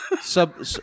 Sub